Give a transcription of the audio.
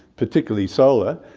particularly solar,